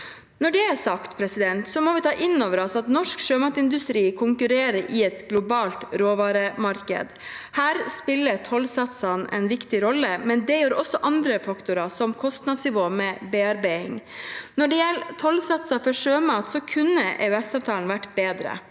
Når det er sagt, må vi ta inn over oss at norsk sjømatindustri konkurrerer i et globalt råvaremarked. Her spiller tollsatsene en viktig rolle, men det gjør også andre faktorer, som kostnadsnivå ved bearbeiding. Når det gjelder tollsatser for sjømat, kunne EØS-avtalen vært bedre,